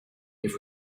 mais